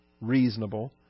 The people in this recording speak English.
reasonable